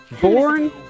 born